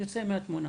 הוא יוצא מהתמונה.